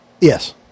Yes